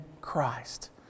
Christ